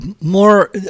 more